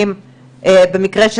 את אומרת לי עכשיו --- ברור שנרשם,